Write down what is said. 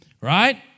Right